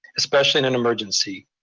especially in an emergency.